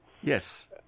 yes